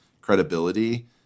credibility